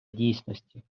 дійсності